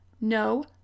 no